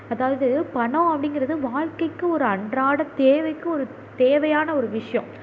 அதாவது பணம் அப்படிங்கிறது வாழ்க்கைக்கு ஒரு அன்றாட தேவைக்கு ஒரு தேவையான ஒரு விஷயம்